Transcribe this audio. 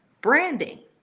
branding